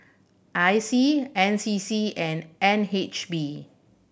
I C N C C and N H B